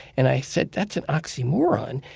and i said, that's an oxymoron.